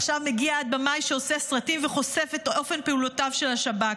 עכשיו מגיע עד במאי שעושה סרטים וחושף את אופן פעולותיו של השב"כ.